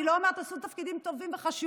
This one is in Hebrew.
אני לא אומרת, עשו תפקידים טובים וחשובים.